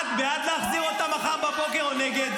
את בעד להחזיר אותם מחר בבוקר, או נגד?